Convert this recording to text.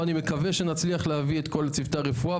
ואני מקווה שנצליח להביא את כל צוותי הרפואה,